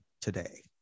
today